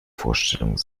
vorstellung